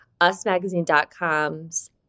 UsMagazine.com's